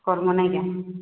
କର୍ବୋ ନାଇଁ ଆଜ୍ଞା